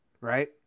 right